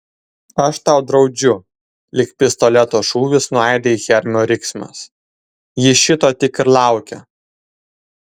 aš tau draudžiu lyg pistoleto šūvis nuaidi hermio riksmas ji šito tik ir laukia